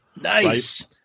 Nice